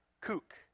kook